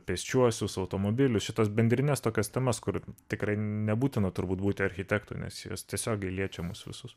pėsčiuosius automobilius šitas bendrines tokias temas kur tikrai nebūtina turbūt būti architektu nes jos tiesiogiai liečia mus visus